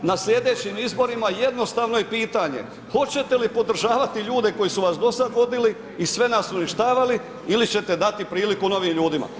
Na sljedećim izborima jednostavno je pitanje, hoćete li podržavati ljude koji su vas do sada vodili i sve nas uništavali ili ćete dati priliku novim ljudima.